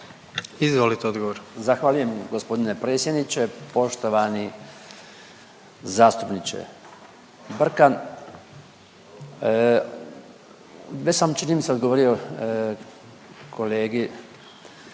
Branko (HDZ)** Zahvaljujem gospodine predsjedniče. Poštovani zastupniče Brkan, već sam čini mi se odgovorio kolegi